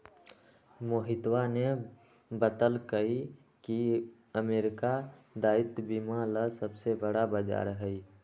मोहितवा ने बतल कई की अमेरिका दायित्व बीमा ला सबसे बड़ा बाजार हई